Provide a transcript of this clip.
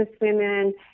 women